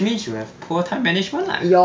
which means you have poor time management lah